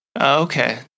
okay